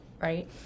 right